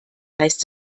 heißt